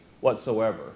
whatsoever